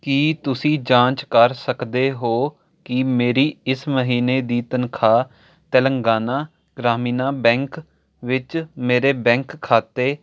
ਕੀ ਤੁਸੀਂਂ ਜਾਂਚ ਕਰ ਸਕਦੇ ਹੋ ਕਿ ਮੇਰੀ ਇਸ ਮਹੀਨੇ ਦੀ ਤਨਖਾਹ ਤੇਲੰਗਾਨਾ ਗ੍ਰਾਮੀਣ ਬੈਂਕ ਵਿੱਚ ਮੇਰੇ ਬੈਂਕ ਖਾਤੇ